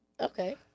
Okay